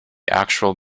actual